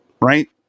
Right